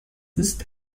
ist